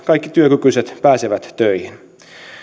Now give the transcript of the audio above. kaikki työkykyiset suomalaiset pääsevät töihin